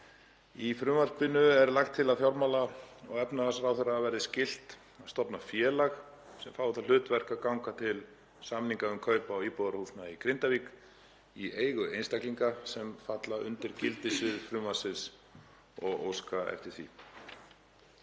Í frumvarpinu er lagt til að fjármála- og efnahagsráðherra verði skylt að stofna félag sem fái það hlutverk að ganga til samninga um kaup á íbúðarhúsnæði í Grindavík í eigu einstaklinga sem falla undir gildissvið frumvarpsins og óska eftir því.